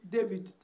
David